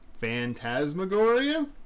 Phantasmagoria